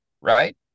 right